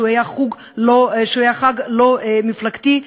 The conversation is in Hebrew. שהיה חג לא מפלגתי,